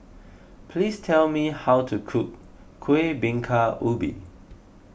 please tell me how to cook Kuih Bingka Ubi